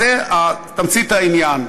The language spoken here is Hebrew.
זו תמצית העניין.